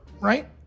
right